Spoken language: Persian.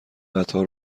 قطار